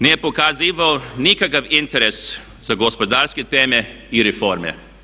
Nije pokazivao nikakav interes za gospodarske teme i reforme.